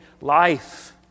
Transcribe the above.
life